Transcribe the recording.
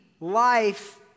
life